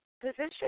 position